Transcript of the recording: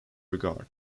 regard